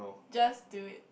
just do it